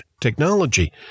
technology